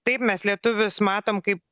taip mes lietuvius matom kaip